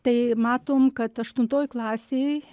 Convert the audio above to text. tai matom kad aštuntoj klasėj